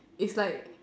it's like